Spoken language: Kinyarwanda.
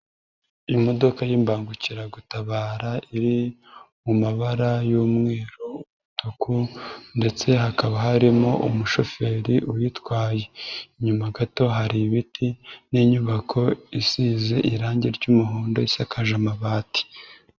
Imodoka y'imbangukiragutabara iri mu mabara y'umweru, umutuku ndetse hakaba harimo umushoferi uyitwaye. Inyuma gato hari ibiti n'inyubako isize irangi ry'umuhondo isakaje amabati.